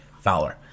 Fowler